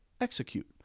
execute